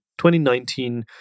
2019